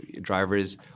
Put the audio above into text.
drivers